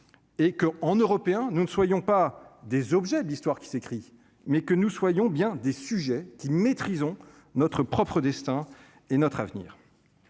et que en européen, nous ne soyons pas des objets de l'histoire qui s'écrit, mais que nous soyons bien des sujets qui maîtrisons notre propre destin et notre avenir,